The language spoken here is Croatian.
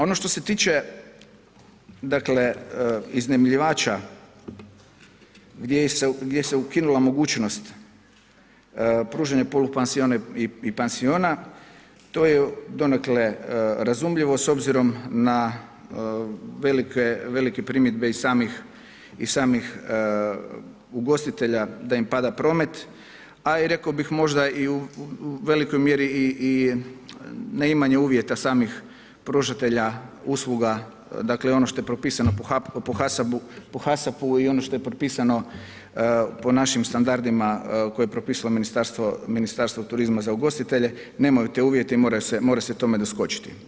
Ono što se tiče iznajmljivača gdje se ukinula mogućnost pružanje polupansiona i pansiona, to je donekle razumljivo, s obzirom na velike primjedbe i samih ugostitelja da im pada promet, a i rekao bi možda i u velikoj mjeri i neimanje uvjeta samih pružatelja usluga, dakle, ono što je propisano po HASAP-u i ono što je propisano po našim standardima, koje je propisalo Ministarstvo turizma za ugostitelje, nemojte uvjetovati, mora se tome doskočiti.